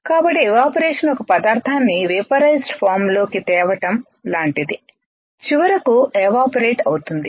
కాబట్టి ఎవాపరేషన్ ఒక పదార్థాన్ని వేపరైజ్డ్ ఫామ్ లో కి తేవటం లాంటిది చివరకు ఎవాపరేట్ అవుతుంది